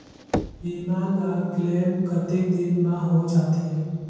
बीमा ला क्लेम कतेक दिन मां हों जाथे?